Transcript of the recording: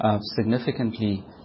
significantly